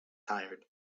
tired